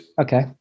Okay